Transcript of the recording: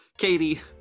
Katie